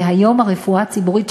והיום הרפואה הציבורית,